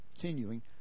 Continuing